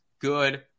good